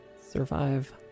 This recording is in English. survive